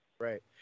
Right